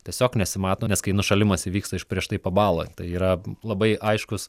tiesiog nesimato nes kai nušalimas įvyksta jis prieš tai pabąla tai yra labai aiškus